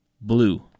blue